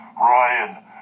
Ryan